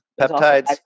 Peptides